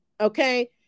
Okay